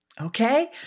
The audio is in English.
Okay